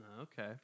Okay